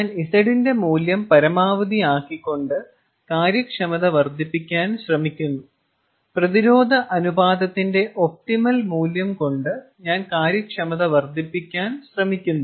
ഞാൻ Z ന്റെ മൂല്യം പരമാവധിയാക്കിക്കൊണ്ട് കാര്യക്ഷമത വർദ്ധിപ്പിക്കാൻ ശ്രമിക്കുന്നു പ്രതിരോധ അനുപാതത്തിന്റെ ഒപ്റ്റിമൽ മൂല്യം കൊണ്ട് ഞാൻ കാര്യക്ഷമത വർദ്ധിപ്പിക്കാൻ ശ്രമിക്കുന്നു